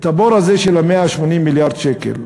הבור הזה, של ה-180 מיליארד שקל,